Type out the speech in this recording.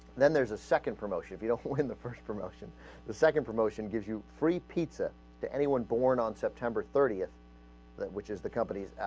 then there's a second promotion feel fort in the first promotion the second promotion gives you free pizza to anyone born on september thirtieth that which is the company's